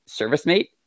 ServiceMate